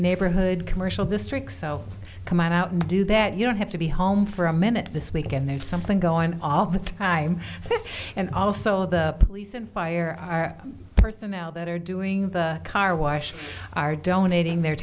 neighborhood commercial districts so come on out and do that you don't have to be home for a minute this weekend there's something going on all the time and also the police and fire personnel that are doing the car wash are donating their